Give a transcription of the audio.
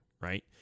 right